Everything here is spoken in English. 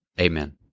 Amen